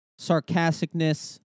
sarcasticness